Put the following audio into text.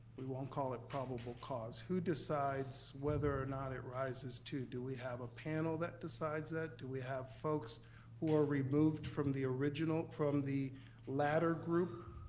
we won't call it probable cause, who decides whether or not it rises to? do we have a panel that decides that? do we have folks who are removed from the original, from the latter group